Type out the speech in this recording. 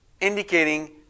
indicating